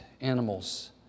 animals